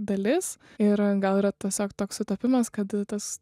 dalis ir gal yra tiesiog toks sutapimas kad tas